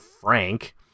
Frank